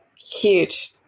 huge